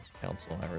Council